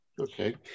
Okay